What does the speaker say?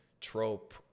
trope